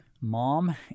mom